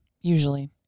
Usually